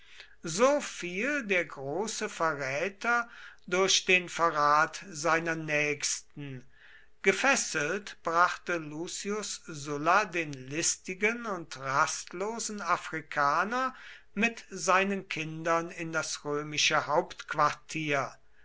so fiel der große verräter durch den verrat seiner nächsten gefesselt brachte lucius sulla den listigen und rastlosen afrikaner mit seinen kindern in das römische hauptquartier